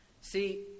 See